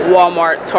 Walmart